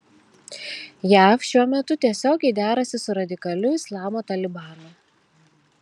jav šiuo metu tiesiogiai derasi su radikaliu islamo talibanu